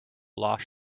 lost